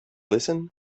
listen